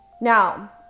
now